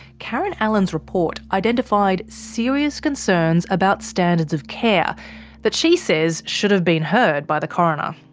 karen allen's report identified serious concerns about standards of care that she says should have been heard by the coroner.